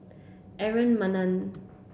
Aaron Maniam